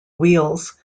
wheels